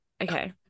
okay